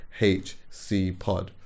HCPod